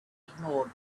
ignored